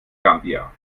gambia